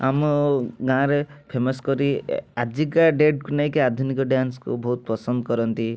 ଆମ ଗାଁରେ ଫେମସ୍ କରି ଆଜିକା ଡେଟ୍ ନେଇକି ଆଧୁନିକ ଡ୍ୟାନ୍ସକୁ ବହୁତ ପସନ୍ଦ କରନ୍ତି